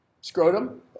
Scrotum